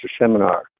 seminar